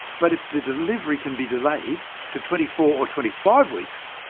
but if the delivery can be delayed to twenty four or twenty five weeks,